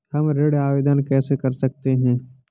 हम ऋण आवेदन कैसे कर सकते हैं?